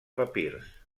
papirs